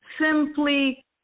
simply